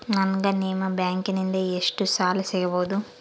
ನನಗ ನಿಮ್ಮ ಬ್ಯಾಂಕಿನಿಂದ ಎಷ್ಟು ಸಾಲ ಸಿಗಬಹುದು?